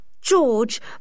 George